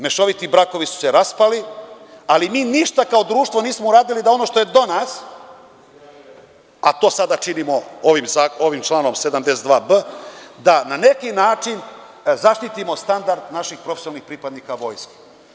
Mešoviti brakovi su se raspali, ali mi ništa kao društvo nismo uradili da ono što je do nas, a to sada činimo ovim članom 72b, da na neki način zaštitimo standard naših profesionalnih pripadnika Vojske.